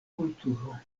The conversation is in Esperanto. kulturo